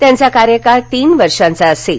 त्यांचा कार्यकाळ तीन वर्षांचा असेल